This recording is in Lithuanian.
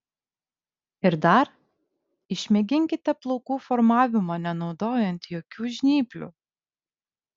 ir dar išmėginkite plaukų formavimą nenaudojant jokių žnyplių